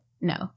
no